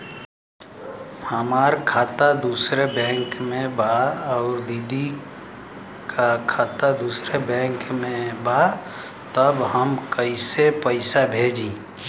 हमार खाता दूसरे बैंक में बा अउर दीदी का खाता दूसरे बैंक में बा तब हम कैसे पैसा भेजी?